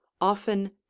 Often